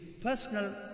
personal